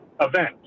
event